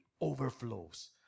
overflows